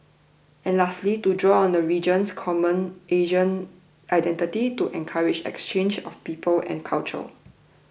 and lastly to draw on the region's common Asian identity to encourage exchanges of people and culture